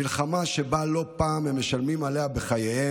מלחמה שבה לא פעם הם משלמים בחייהם,